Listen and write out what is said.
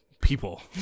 people